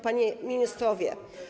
Panowie Ministrowie!